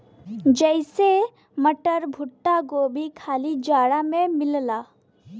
जइसे मटर, भुट्टा, गोभी खाली जाड़ा मे मिलला